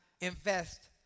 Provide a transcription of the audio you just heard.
invest